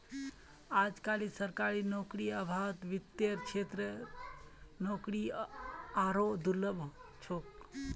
अजकालित सरकारी नौकरीर अभाउत वित्तेर क्षेत्रत नौकरी आरोह दुर्लभ छोक